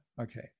Okay